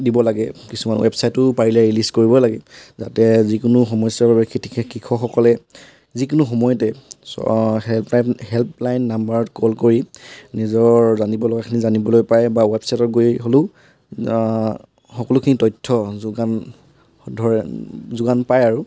দিব লাগে কিছুমান ৱেবছাইটো পাৰিলে ৰিলিজ কৰিব লাগে যাতে যিকোনো সমস্যাৰ বাবে খেতি কৃষকসকলে যিকোনো সময়তে হেল্পলাইন হেল্পলাইন নম্বৰত কল কৰি নিজৰ জানিবলগাখিনি জানিবলৈ পাৰে বা ৱেবছাইটত গৈ হ'লেও সকলোখিনি তথ্য যোগান ধৰে যোগান পায় আৰু